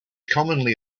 commonly